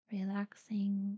Relaxing